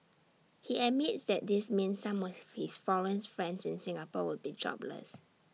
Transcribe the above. he admits that this means some of his foreign friends in Singapore would be jobless